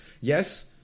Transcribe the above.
yes